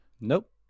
Nope